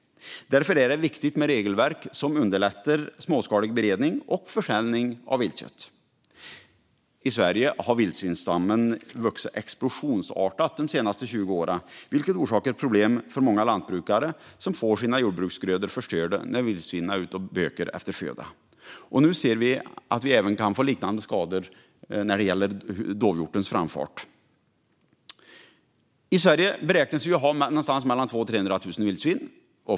Därför är det viktigt med ett regelverk som underlättar småskalig beredning och försäljning av viltkött. I Sverige har vildsvinsstammen vuxit explosionsartat de senaste 20 åren, vilket orsakar problem för många lantbrukare som får sina jordbruksgrödor förstörda när vildsvinen bökar efter föda. Nu kan vi även se liknande skador på grund av dovhjortens framfart. I Sverige beräknas att det finns 200 000-300 000 vildsvin.